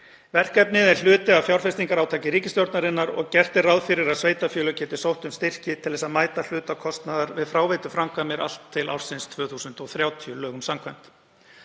Verkefnið er hluti af fjárfestingarátaki ríkisstjórnarinnar og gert er ráð fyrir að sveitarfélög geti sótt um styrki til þess að mæta hluta kostnaðar við fráveituframkvæmdir allt til ársins 2030 lögum samkvæmt.